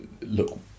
look